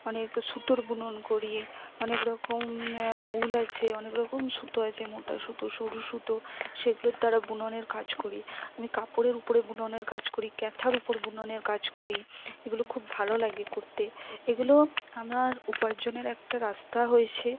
অনেক সুতোর বুনন করি অনেক রকম উল আছে অনেক রকম সুতো আছে মোটা সুতো সরু সুতো সেগুলোর দ্বারা বুননের কাজ করি আমি কাপড়ের উপরে বুননের কাজ করি কাঁথার উপর বুননের কাজ করি এগুলো খুব ভালো লাগে করতে এগুলো আমার উপার্জনের একটা রাস্তা হয়েছে